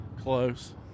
Close